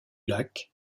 lac